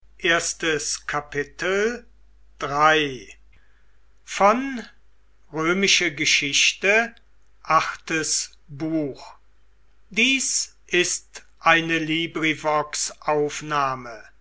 sind ist eine